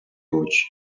очі